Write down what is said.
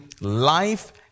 Life